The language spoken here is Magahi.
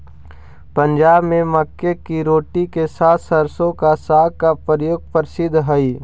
पंजाब में मक्के की रोटी के साथ सरसों का साग का प्रयोग प्रसिद्ध हई